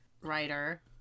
writer